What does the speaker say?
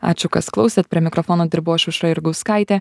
ačiū kas klausėt prie mikrofono dirbau aš aušra jurgauskaitė